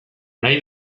nahi